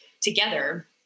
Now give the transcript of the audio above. together